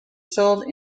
sold